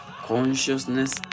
consciousness